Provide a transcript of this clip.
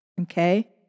okay